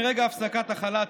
מרגע הפסקת החל"ת,